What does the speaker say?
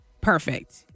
Perfect